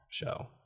show